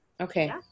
Okay